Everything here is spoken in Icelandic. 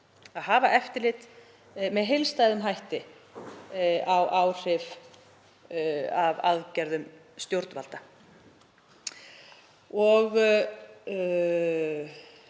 að hafa eftirlit með heildstæðum hætti á áhrif af aðgerðum stjórnvalda. Ég